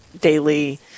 daily